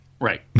Right